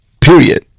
period